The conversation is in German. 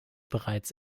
bereits